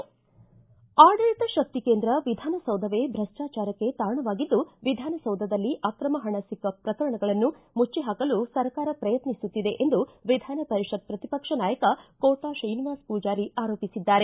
ಆಡಳಿತ ಶಕ್ತಿ ಕೇಂದ್ರ ವಿಧಾನಸೌಧವೇ ಭ್ರಷ್ಟಾಚಾರಕ್ಕೆ ತಾಣವಾಗಿದ್ದು ವಿಧಾನಸೌಧದಲ್ಲಿ ಅಕ್ರಮ ಪಣ ಸಿಕ್ಕ ಪ್ರಕರಣವನ್ನು ಮುಚ್ಚಿ ಹಾಕಲು ಸರ್ಕಾರ ಪ್ರಯತ್ನಿಸುತ್ತಿದೆ ಎಂದು ವಿಧಾನ ಪರಿಷತ್ ಪ್ರತಿ ಪಕ್ಷ ನಾಯಕ ಕೋಟಾ ಶ್ರೀನಿವಾಸ ಪೂಜಾರಿ ಆರೋಪಿಸಿದ್ದಾರೆ